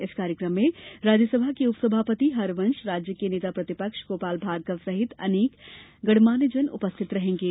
इस कार्यक्रम में राज्यसभा के उपसभापति हरवंश राज्य के नेताप्रतिपक्ष गोपाल भार्गव सहित अनेक गणमान्यजन उपस्थित रहेंगे